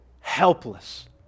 helpless